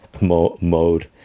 mode